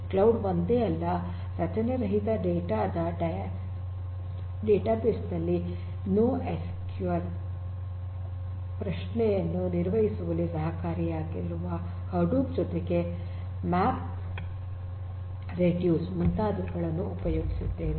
cloud ಒಂದೇ ಅಲ್ಲ ರಚನೆರಹಿತ ಡೇಟಾ ದ ಡೇಟಾಬೇಸ್ ನಲ್ಲಿ ನೋಎಸ್ಕ್ಯೂಎಲ್ ಪ್ರಶ್ನೆಯನ್ನು ನಿರ್ವಹಿಸುವಲ್ಲಿ ಸಹಾಯಕಾರಿಯಾಗಿರುವ ಹಡೂಪ್ ಜೊತೆಗೆ ಮ್ಯಾಪ್ ರೆಡ್ಯೂಸ್ ಮುಂತಾದವುಗಳನ್ನು ಉಪಯೋಗಿಸುತ್ತೇವೆ